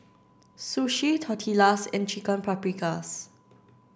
sushi tortillas and chicken paprikas